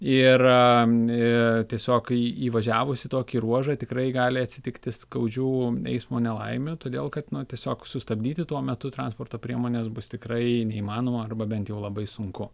ir tiesiog įvažiavus į tokį ruožą tikrai gali atsitikti skaudžių eismo nelaimių todėl kad nu tiesiog sustabdyti tuo metu transporto priemonės bus tikrai neįmanoma arba bent jau labai sunku